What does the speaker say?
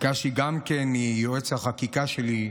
ביקשתי גם מיועץ החקיקה שלי,